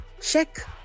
Check